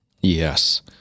Yes